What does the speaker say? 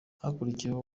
hakurikiyeho